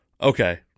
okay